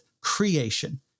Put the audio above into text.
creation